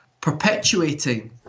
perpetuating